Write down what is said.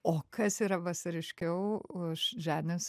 o kas yra vasariškiau už džanis